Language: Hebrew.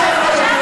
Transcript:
מצוין.